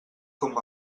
com